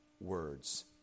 words